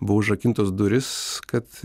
buvo užrakintos durys kad